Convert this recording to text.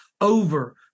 over